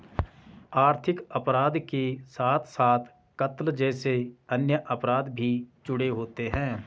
आर्थिक अपराध के साथ साथ कत्ल जैसे अन्य अपराध भी जुड़े होते हैं